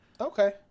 Okay